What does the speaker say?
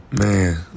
Man